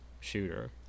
shooter